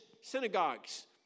synagogues